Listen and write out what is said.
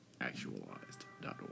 Actualized.org